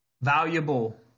valuable